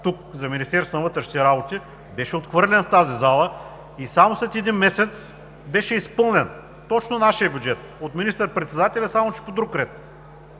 тук за Министерството на вътрешните работи, беше отхвърлен в тази зала и само след един месец беше изпълнен – точно нашият бюджет, от министър-председателя, само че по друг ред.